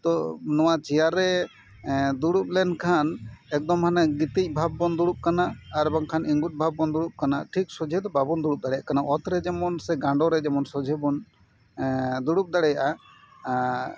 ᱛᱚ ᱱᱚᱣᱟ ᱪᱮᱭᱟᱨ ᱨᱮ ᱫᱩᱲᱩᱵ ᱞᱮᱱᱠᱷᱟᱱ ᱮᱠᱫᱚᱢ ᱦᱟᱱᱮ ᱜᱤᱛᱤᱡ ᱵᱷᱟᱵᱽ ᱵᱚᱱ ᱫᱩᱲᱩᱵ ᱠᱟᱱᱟ ᱟᱨ ᱵᱟᱝᱠᱷᱟᱱ ᱤᱝᱜᱩᱜ ᱵᱷᱟᱵᱽ ᱵᱚᱱ ᱫᱩᱲᱩᱵ ᱠᱟᱱᱟ ᱴᱷᱤᱠ ᱥᱚᱡᱷᱮ ᱫᱚ ᱵᱟᱵᱚᱫ ᱫᱩᱲᱩᱵ ᱫᱟᱲᱮᱭᱟᱜ ᱠᱟᱱᱟ ᱚᱛᱨᱮ ᱡᱮᱢᱚᱱ ᱜᱟᱱᱰᱳᱨᱮ ᱡᱮᱢᱚᱱ ᱥᱚᱡᱷᱮ ᱵᱚᱱ ᱫᱩᱲᱩᱵ ᱫᱟᱲᱮᱭᱟᱜᱼᱟ